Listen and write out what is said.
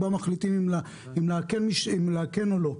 מחליטים אם לאכן טלפון של מישהו או לא.